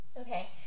Okay